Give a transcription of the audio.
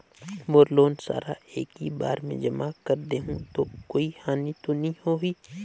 मोर loan सारा एकी बार मे जमा कर देहु तो कोई हानि तो नी होही?